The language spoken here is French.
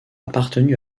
appartenu